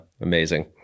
Amazing